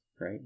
right